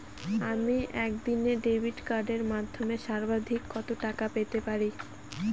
আমি একদিনে ডেবিট কার্ডের মাধ্যমে সর্বাধিক কত টাকা পেতে পারি?